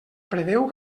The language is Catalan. preveu